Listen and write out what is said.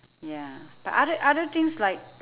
ya but other other things like